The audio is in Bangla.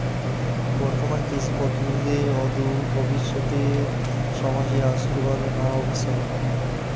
বর্তমান কৃষি পদ্ধতি অদূর ভবিষ্যতে সমাজে আশীর্বাদ না অভিশাপ?